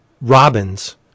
Robins